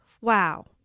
wow